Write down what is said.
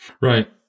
Right